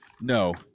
No